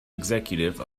executive